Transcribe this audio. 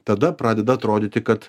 tada pradeda atrodyti kad